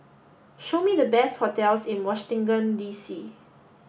show me the best hotels in Washington D C